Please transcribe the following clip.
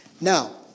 Now